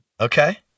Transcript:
Okay